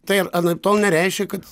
tai anaiptol nereiškia kad